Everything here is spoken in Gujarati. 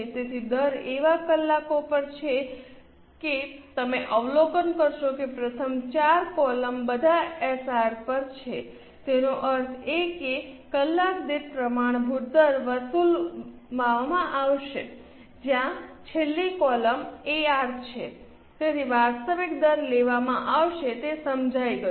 તેથી દર એવા કલાકો પર છે કે તમે અવલોકન કરશો કે પ્રથમ 4 કોલમ બધા એસઆર પર છે તેનો અર્થ એ કે કલાક દીઠ પ્રમાણભૂત દર વસૂલવામાં આવશે જ્યાં છેલ્લી કોલમ એઆર છે તેથી વાસ્તવિક દર લેવામાં આવશે તે સમજાય ગયું